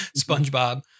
SpongeBob